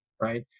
right